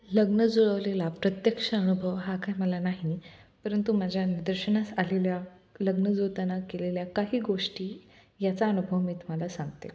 लग्न जुळवलेला प्रत्यक्ष अनुभव हा काय मला नाही परंतु माझ्या निदर्शनास आलेल्या लग्न जुळताना केलेल्या काही गोष्टी याचा अनुभव मी तुम्हाला सांगते